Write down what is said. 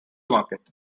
market